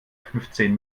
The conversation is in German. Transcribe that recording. fünfzehn